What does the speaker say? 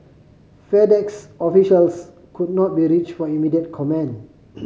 FedEx officials could not be reached for immediate comment